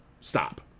stop